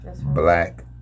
black